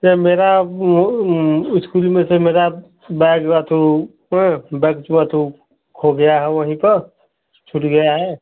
sir मेरा वो school में से मेरा बैग था तो बैग था तो खो गया है वहीं पर छूट गया है